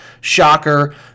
shocker